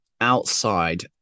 outside